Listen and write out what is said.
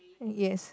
yes